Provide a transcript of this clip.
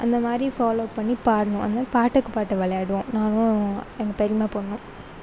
அந்தமாதிரி ஃபாலோ பண்ணி பாடணும் அந்த மாதிரி பாட்டுக்கு பாட்டு விளையாடுவோம் நானும் எங்கள் பெரிம்மா பொண்ணும்